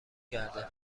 کرده